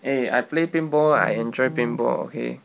eh play paintball I enjoy paintball okay